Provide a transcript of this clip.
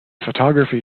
photography